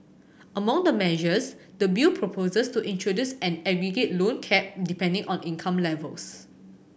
among the measures the bill proposes to introduce an aggregate loan cap depending on income levels